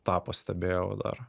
tą pastebėjau dar